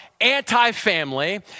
anti-family